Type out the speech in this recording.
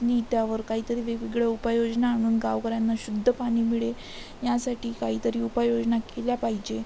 नी त्यावर काहीतरी वेगवेगळ्या उपाययोजना आणून गावकऱ्यांना शुद्ध पाणी मिळेल यासाठी काहीतरी उपाययोजना केल्या पाहिजे